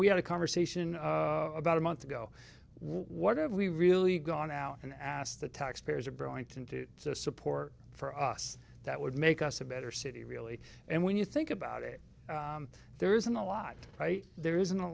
we had a conversation about a month ago what have we really gone out and asked the taxpayers or brewington to support for us that would make us a better city really and when you think about it there isn't a lot right there isn't a